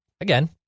again